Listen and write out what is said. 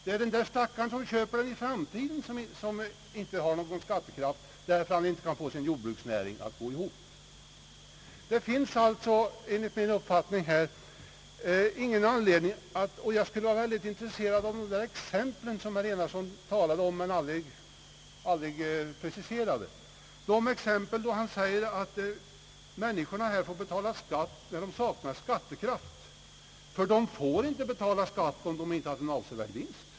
Det är ju den stackare som i framtiden köper skogen som inte kommer att ha någon skattekraft, därför att han inte kan få sin skogseller jordbruksnäring att gå ihop. Jag skulle vara väldigt intresserad av att få veta mera om de exempel, som herr Enarsson talade om men aldrig preciserade. Herr Enarsson påstod att människor får betala skatt, trots att de saknar skattekraft. Men de får väl ändå inte betala skatt, om de inte har haft en avsevärd vinst?